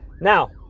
Now